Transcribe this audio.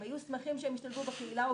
הם היו שמחים שהילד ישתלב בקהילה אבל